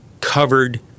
covered